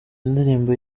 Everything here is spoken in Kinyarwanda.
indirimbo